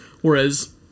Whereas